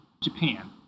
Japan